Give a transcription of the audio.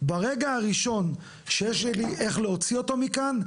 ברגע הראשון שיש לי איך להוציא אותו מכאן,